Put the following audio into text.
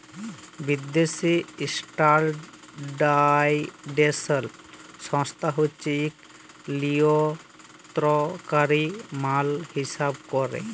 বিদ্যাসি ইস্ট্যাল্ডার্ডাইজেশল সংস্থা হছে ইকট লিয়লত্রলকারি মাল হিঁসাব ক্যরে